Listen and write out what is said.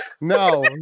No